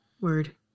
Word